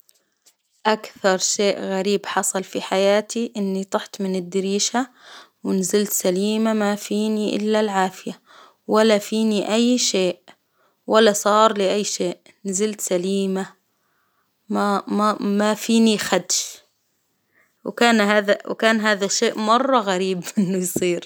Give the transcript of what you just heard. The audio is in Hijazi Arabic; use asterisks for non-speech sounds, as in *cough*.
أكثر شيء غريب حصل في حياتي إني طحت من الدريشة، ونزلت سليمة ما فيني إلا العافية، ولا فيني أي شيء، ولا صار لي أي شيء، نزلت سليمة، *hesitation* فيني خدش، وكان هذا وكان هذا الشيء مرة غريب إنه يصير.